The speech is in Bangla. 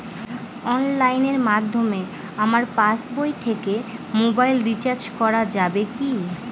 অনলাইনের মাধ্যমে আমার পাসবই থেকে মোবাইল রিচার্জ করা যাবে কি?